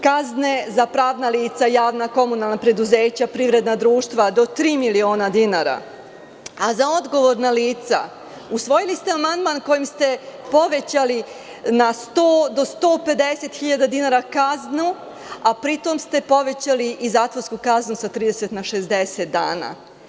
Kazne za pravna lica, javna komunalna preduzeća, privredan društva do tri miliona dinara, a za odgovorna lica usvojili ste amandman kojim ste povećali na 100 do 150 hiljada kaznu, a pri tom ste povećali i zatvorsku kaznu sa 30 na 60 dana.